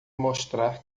mostrar